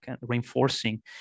reinforcing